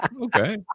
Okay